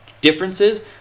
differences